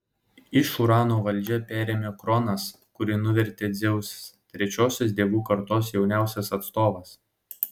iš urano valdžią perėmė kronas kurį nuvertė dzeusas trečiosios dievų kartos jauniausias atstovas